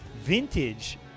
vintage